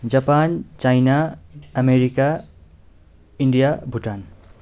Japan China America India Bhutan